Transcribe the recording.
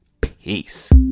Peace